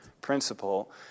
principle